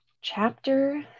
Chapter